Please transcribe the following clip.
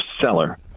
seller